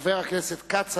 חבר הכנסת כץ,